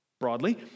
broadly